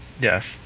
Yes